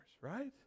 right